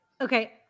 Okay